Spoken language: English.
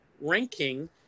Ranking